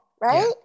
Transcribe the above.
right